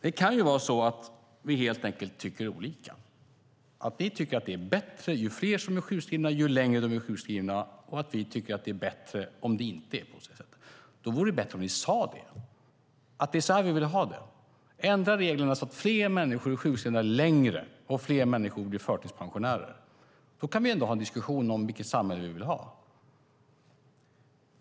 Det kan vara så att vi helt enkelt tycker olika, att ni tycker att det är bättre ju fler som är sjukskrivna och ju längre de är sjukskrivna och att vi tycker att det är bättre om det inte är så. Då vore det bättre om ni sade det, att det är så här ni vill ha det: Ändra reglerna så att fler människor är sjukskrivna längre och fler människor blir förtidspensionärer! Då kan vi ändå ha en diskussion om vilket samhälle vi vill ha.